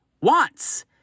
wants